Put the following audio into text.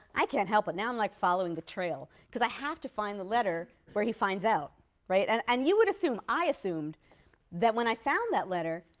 i can't help it. now i'm like following the trail, because i have to find the letter where he finds right? and and you would assume i assumed that when i found that letter,